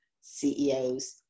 CEOs